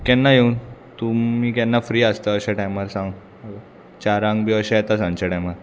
केन्ना येवं तुमी केन्ना फ्री आसता अशें टायमार सांग चारांक बी अशें येता सांच्या टायमार